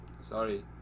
sorry